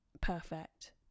perfect